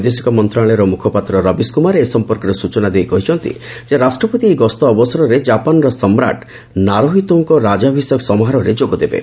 ବୈଦେଶିକ ମନ୍ତ୍ରଣାଳୟର ମୁଖପାତ୍ର ରବିଶ କ୍ରମାର ଏ ସମ୍ପର୍କରେ ସ୍ୱଚନା ଦେଇ କହିଛନ୍ତି ରାଷ୍ଟ୍ରପତି ଏହି ଗସ୍ତ ଅବସରରେ ଜାପାନ୍ର ସମ୍ରାଟ୍ ନାରୁହିତୋଙ୍କର ରାଜାଭିଷେକ ସମାରୋହରେ ଯୋଗ ଦେବେ